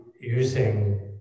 using